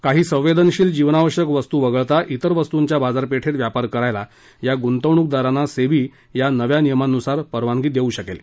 काही संवेदनशील जीवनावश्यक वस्तू वगळता त्रिर वस्तूंच्या बाजारपेठेत व्यापार करायला या गृंतवणुकदा राना सेबी या नव्या नियमांनुसार परवानगी देऊ शकेल